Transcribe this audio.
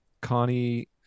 Connie